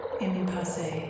impasse